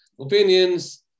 opinions